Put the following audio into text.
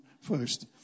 first